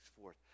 forth